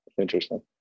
interesting